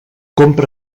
compra